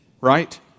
right